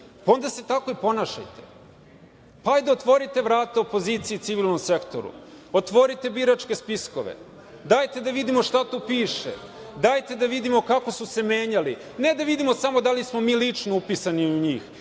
onda se tako i ponašajte, pa hajde otvorite vrata opoziciji i civilnom sektoru, otvorite biračke spiskove, dajte da vidimo šta tu piše, dajte da vidimo kako su se menjali, ne da vidimo samo da li smo mi lično upisani u njih,